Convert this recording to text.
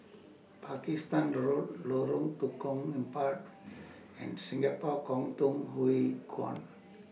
Pakistan Road Lorong Tukang Empat and Singapore Kwangtung Hui Kuan